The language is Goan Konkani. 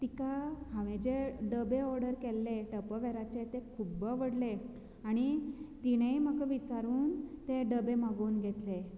तिका हांवें जे डबे ऑर्डर केल्ले टपरवेराचे तें खूब्ब आवडले आनी तिणेंय म्हाका विचारून तें डबे मागोवन घेतले